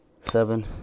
seven